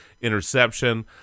interception